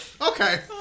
Okay